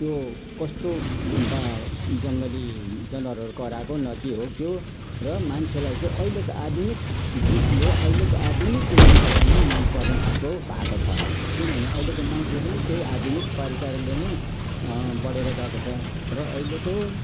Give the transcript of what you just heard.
त्यो कस्तो बा जङ्गली जनावरहरू कराएको न के हो के हो र मान्छेलाई चाहिँ अहिलेको आधुनिक गीतले अहिलेको आधुनिक मान्छेलाई नै मनपर्ने खालको भएको छ किनभने अहिलेको मान्छे पनि त्यही आधुनिक प्रकारले नै बढेर गएको छ र अहिलेको